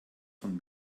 von